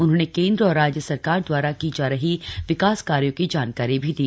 उन्होंने केन्द्र और राज्य सरकार द्वारा की जा रही विकास कार्यों की जानकारी भी दी